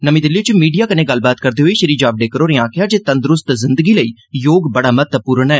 नमीं दिल्ली च मीडिया कन्नै गल्लबात करदे होई श्री जावडेकर होरें गलाया जे तंदरूस्त जिंदगी लेई योग बड़ा महत्वपूर्ण ऐ